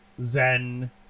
zen